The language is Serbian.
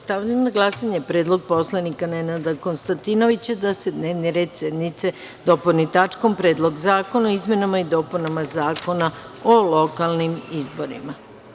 Stavljam na glasanje predlog narodnog poslanika Nenada Konstantinovića da se dnevni red sednice dopuni tačkom - Predlog zakona o izmenama i dopunama Zakona o lokalnim izborima.